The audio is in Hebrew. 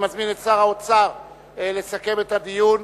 אני מזמין את שר האוצר לסכם את הדיון.